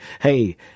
Hey